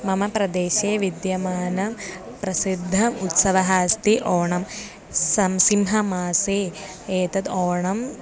मम प्रदेशे विद्यमानः प्रसिद्धः उत्सवः अस्ति ओणं सं सिंहमासे एतद् ओणम्